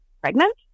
pregnant